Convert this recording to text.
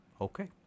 Okay